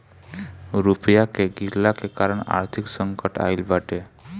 रुपया के गिरला के कारण आर्थिक संकट आईल बाटे